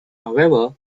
however